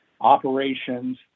operations